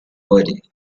body